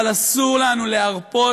אבל אסור לנו להרפות,